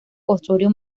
osorio